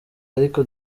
ariko